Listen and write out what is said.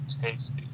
tasty